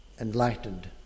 enlightened